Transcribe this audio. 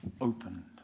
Opened